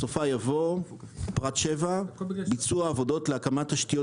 בסופה יבוא פרט 7 ביצוע עבודות להקמת תשתיות